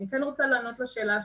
אני כן רוצה לענות לשאלה השנייה.